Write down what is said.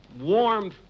warm